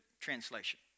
Translation